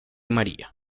maría